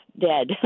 dead